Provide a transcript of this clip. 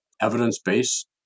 evidence-based